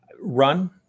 run